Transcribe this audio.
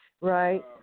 right